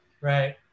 right